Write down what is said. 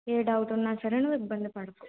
ఏ doubt ఉన్నా సరే నువ్వు ఇబ్బంది పడకు